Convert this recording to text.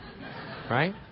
Right